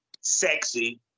sexy